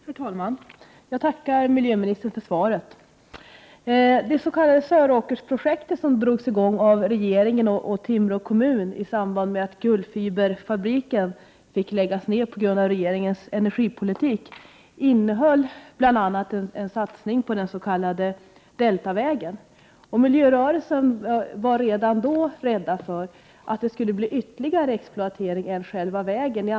Herr talman! Jag tackar miljöministern för svaret. Det s.k. Söråkersprojektet som drogs i gång av regeringen och Timrå kommun i samband med att Gullfiberfabriken fick läggas ned på grund av regeringens energipolitik innehöll bl.a. en satsning på den s.k. Deltavägen. Man var inom miljörörelsen redan då rädd för att det skulle bli ytterligare exploateringar, utöver själva vägen.